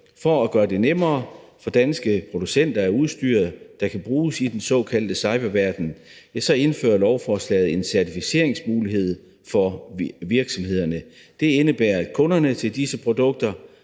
For at gøre det nemmere for danske producenter af udstyr, der kan bruges i den såkaldte cyberverden, indføres der med lovforslaget en certificeringsmulighed for virksomhederne. Det indebærer, at kunderne til disse produkter